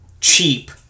cheap